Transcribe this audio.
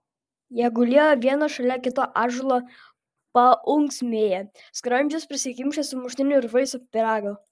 jie gulėjo vienas šalia kito ąžuolo paunksmėje skrandžius prisikimšę sumuštinių ir vaisių pyrago